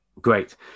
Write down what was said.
great